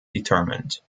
determined